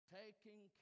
taking